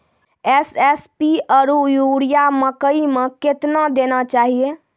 SSP आरु urea मकई मे कितना देना चाहिए?